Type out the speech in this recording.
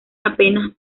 apenas